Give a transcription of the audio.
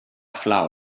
flower